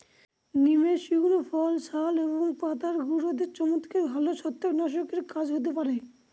নিমের শুকনো ফল, ছাল এবং পাতার গুঁড়ো দিয়ে চমৎকার ভালো ছত্রাকনাশকের কাজ হতে পারে